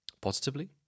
Positively